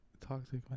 toxic